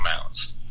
amounts